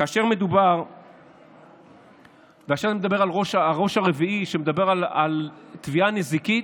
כאשר נדבר על הראש הרביעי, שמדבר על תביעת נזיקין,